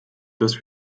dass